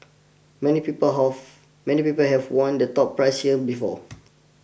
many people have many people have won the top prize here before